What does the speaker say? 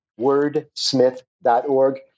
wordsmith.org